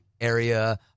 area